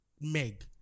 Meg